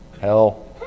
Hell